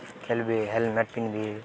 ଖେଲ୍ବି helmet ପିନ୍ଧି